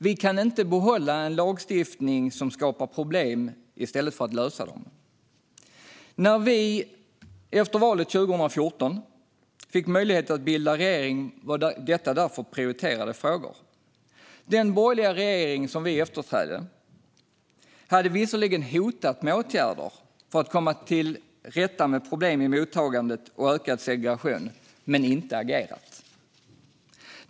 Vi kan inte behålla en lagstiftning som skapar problem i stället för att lösa dem. När vi efter valet 2014 fick möjlighet att bilda regering var detta därför prioriterade frågor. Den borgerliga regering som vi efterträdde hade visserligen hotat med åtgärder för att komma till rätta med problem i mottagandet och ökad segregation, men man hade inte agerat.